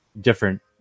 different